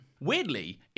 Weirdly